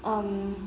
um